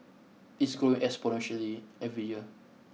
it's growing exponentially every year